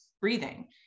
breathing